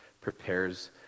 prepares